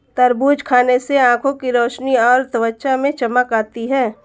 तरबूज खाने से आंखों की रोशनी और त्वचा में चमक आती है